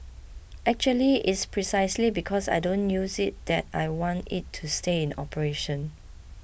actually it's precisely because I don't use it that I want it to stay in operation